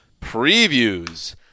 previews